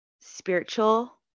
spiritual